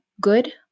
good